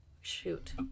Shoot